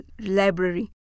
library